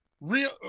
real